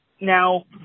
now